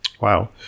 Wow